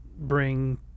bring